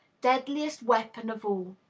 deadliest weapon of all.